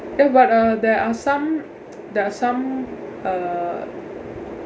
ya but uh there are some there are some uh